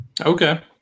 Okay